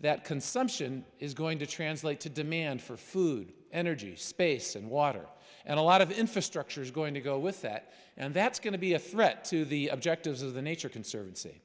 that consumption is going to translate to demand for food energy space and water and a lot of infrastructure is going to go with that and that's going to be a threat to the objectives of the nature conservancy